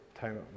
time